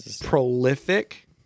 prolific